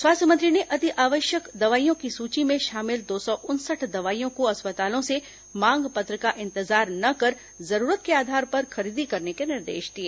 स्वास्थ्य मंत्री ने अति आवश्यक दवाईयों की सूची में शामिल दो सौ उनसठ दवाईयों को अस्पतालों से मांग पत्र का इंतजार न कर जरूरत के आधार पर खरीदी करने के निर्देश दिए